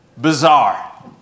bizarre